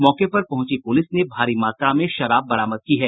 मौके पर पहुंची पुलिस ने भारी मात्रा में शराब बरामद की है